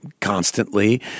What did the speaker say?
constantly